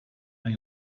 hay